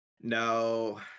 No